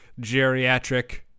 geriatric